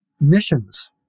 missions